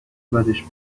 بدش